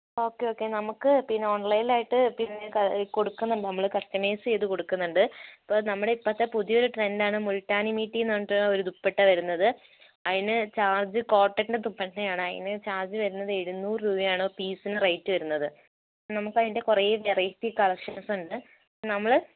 ഒക്കെ ഒക്കെ നമ്മൾക്ക് പിന്നെ ഓൺലൈനിൽ ആയിട്ട് പിന്നെ കൊടുക്കുന്നുണ്ട് നമ്മൾ കസ്റ്റമൈസ് ചെയ്ത് കൊടുക്കുന്നുണ്ട് ഇപ്പോൾ നമ്മുടെ ഇപ്പോഴത്തെ പുതിയ ഒരു ട്രെൻ്റ് ആണ് മൂൾട്ടാണിമീട്ടി എന്ന് പറഞ്ഞിട്ടുള്ള ഒരു ദുപ്പട്ട വരുന്നത് അതിന് ചാർജ്ജ് കോട്ടറ്റിൻ്റെ ദുപ്പട്ടയാണ് അതിന് ചാർജ്ജ് വരുന്നത് എഴുന്നൂറ് രൂപയാണ് പീസിന് റേറ്റ് വരുന്നത് നമ്മൾക്ക് അതിൻ്റെ കുറെ വെറൈറ്റി കളക്ഷൻസ് ഉണ്ട് നമ്മൾ